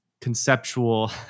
conceptual